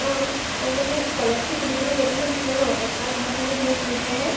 অঁ আৰু মানে কলেজটো খুলিবলৈ কেইদিনমান আছে ন একজাম সেইদিনাখনি শেষ হৈছেহে